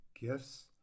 Gifts